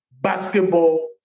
Basketball